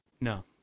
No